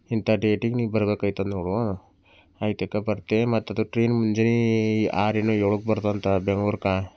ಇಂಥ ಡೇಟಿಗೆ ನೀನು ಬರ್ಬೇಕಾಗ್ತದೆ ನೋಡು ಆಯ್ತು ಅಕ್ಕ ಬರ್ತೆ ಮತ್ತು ಅದು ಟ್ರೈನ್ ಮುಂಜಾನೆ ಆರರಿಂದ ಏಳು ಬರ್ತದಂತ ಬೆಂಗ್ಳೂರ್ಗೆ